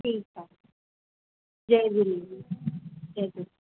ठीकु आहे जय झूलेलाल जय झूले